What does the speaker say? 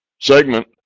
segment